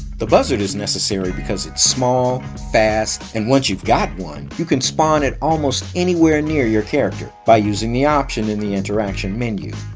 the buzzard is necessary because it's small, fast and once you got one, you can spawn it almost anywhere near your character by using the option in the interaction menu.